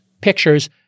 pictures